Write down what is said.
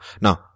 Now